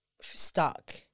stuck